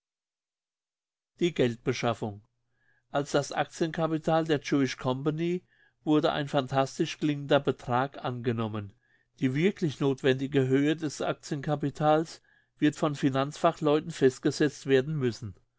die geldbeschaffung als das actiencapital der jewish company wurde ein phantastisch klingender betrag angenommen die wirklich nothwendige höhe des actiencapitals wird von finanzfachleuten festgesetzt werden müssen